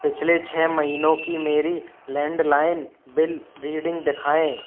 पिछले छः महीनों की मेरी लैंडलाइन बिल रीडिंग दखाएँ